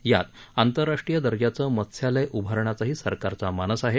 यात आंतरराष्ट्रीय दर्जाचं मत्स्यालय उभारण्याचाही सरकारचा मानस आहे